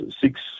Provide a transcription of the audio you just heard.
six